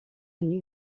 new